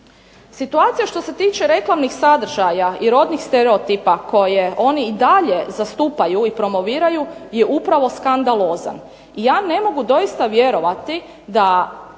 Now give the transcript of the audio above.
Situacija što se tiče reklamnih sadržaja i rodnih stereotipa koje i dalje oni zastupaju i promoviraju je upravo skandalozan i ja ne mogu doista vjerovati da